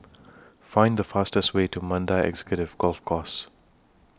Find The fastest Way to Mandai Executive Golf Course